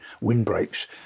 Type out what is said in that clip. windbreaks